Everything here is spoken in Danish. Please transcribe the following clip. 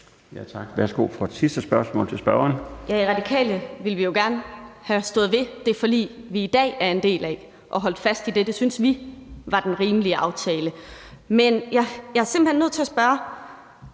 Tak. Værsgo for det sidste spørgsmål til spørgeren. Kl. 13:51 Katrine Robsøe (RV): I Radikale ville vi jo gerne have stået ved det forlig, vi i dag er en del af, og holde fast i det; det synes vi var den rimelige aftale. Men jeg er simpelt hen nødt til at sige,